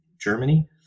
Germany